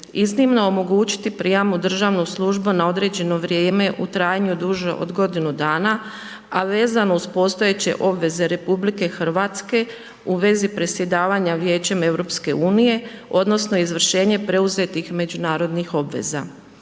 iznimno omogućiti prijam u državnu službu na određeno vrijeme u trajanju duže od godinu dana a vezano uz postojeće obveze RH u vezi predsjedavanja Vijećem EU, odnosno izvršenje preuzetih međunarodnih obveza.